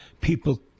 people